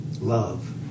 love